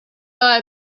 lie